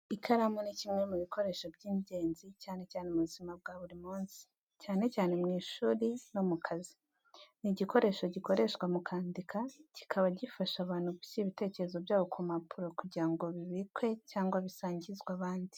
Ikaramu ni kimwe mu bikoresho by’ingenzi cyane mu buzima bwa buri munsi, cyane cyane mu ishuri no mu kazi. Ni igikoresho gikoreshwa mu kwandika, kikaba gifasha abantu gushyira ibitekerezo byabo ku mpapuro kugira ngo bibikwe cyangwa bisangizwe abandi.